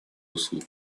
услуг